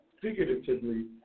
figuratively